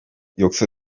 yoksa